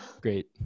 Great